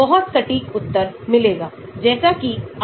तो आम तौर पर ईथर की anesthetic गतिविधि के लिए यह इस प्रकार पालन करता है